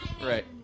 Right